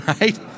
right